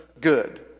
good